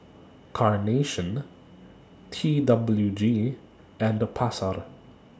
Carnation T W G and The Pasar